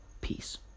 peace